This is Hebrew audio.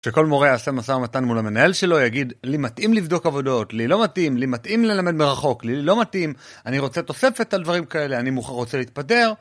כשכל מורה יעשה משא ומתן מול המנהל שלו יגיד, לי מתאים לבדוק עבודות, לי לא מתאים, לי מתאים ללמד מרחוק, לי לא מתאים, אני רוצה תוספת על דברים כאלה, אני מחר רוצה להתפטר.